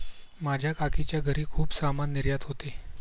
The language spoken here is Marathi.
माझ्या काकीच्या घरी खूप सामान निर्यात होते